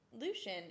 Lucian